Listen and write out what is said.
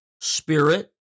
spirit